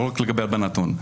לא רק לגבי הלבנת הון.